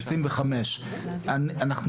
25. סאיד,